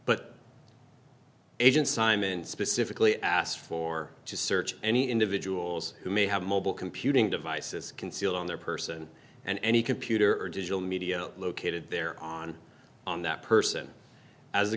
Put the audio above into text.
but agent simon specifically asked for to search any individuals who may have mobile computing devices concealed on their person and any computer or digital media located there on on that person as the